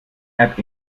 app